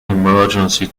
emergency